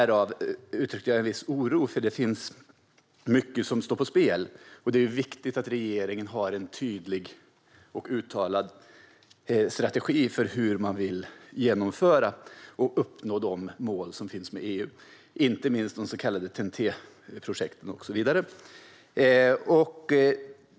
Jag uttryckte en viss oro eftersom det är mycket som står på spel, och det är viktigt att regeringen har en tydlig och uttalad strategi för hur man vill genomföra och uppnå de mål som finns med EU, inte minst de så kallade TEN-T-projekten och så vidare.